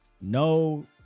No